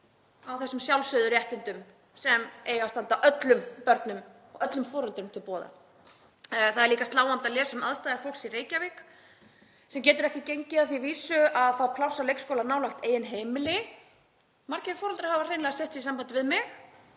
á þessum sjálfsögðu réttindum sem eigi að standa öllum börnum og öllum foreldrum til boða. Það er líka sláandi að lesa um aðstæður fólks í Reykjavík sem getur ekki gengið að því vísu að fá pláss fyrir börnin á leikskóla nálægt eigin heimili. Margir foreldrar hafa hreinlega sett sig í samband við mig,